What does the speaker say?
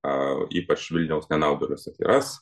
a ypač vilniaus nenaudėlių satyras